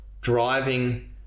driving